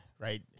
right